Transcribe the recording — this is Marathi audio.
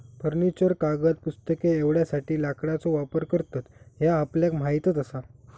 फर्निचर, कागद, पुस्तके एवढ्यासाठी लाकडाचो वापर करतत ह्या आपल्याक माहीतच आसा